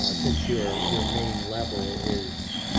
ah since your your main level is,